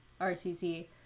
RCC